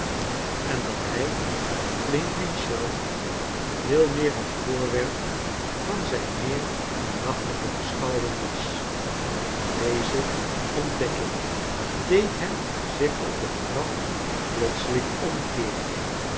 en dat hij flintwinch zelf veel meer het voorwerp van zijn meer aandachtige beschouwing was deze ontdekking deed hem zich op de trap plotseling omkeeren